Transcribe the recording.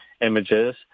images